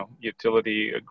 utility